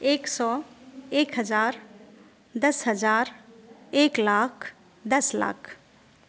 एक सए एक हजार दस हजार एक लाख दस लाख